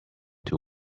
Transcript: two